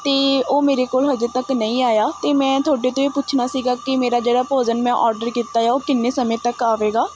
ਅਤੇ ਉਹ ਮੇਰੇ ਕੋਲ ਹਜੇ ਤੱਕ ਨਹੀਂ ਆਇਆ ਅਤੇ ਮੈਂ ਤੁਹਾਡੇ ਤੋਂ ਇਹ ਪੁੱਛਣਾ ਸੀਗਾ ਕਿ ਮੇਰਾ ਜਿਹੜਾ ਭੋਜਨ ਮੈਂ ਔਡਰ ਕੀਤਾ ਆ ਉਹ ਕਿੰਨੇ ਸਮੇਂ ਤੱਕ ਆਵੇਗਾ